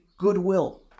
Goodwill